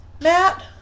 Matt